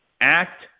Act